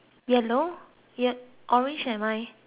ye orange and mine